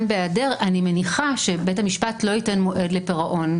בהיעדר בית המשפט לא ייתן מועד לפירעון.